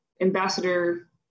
ambassador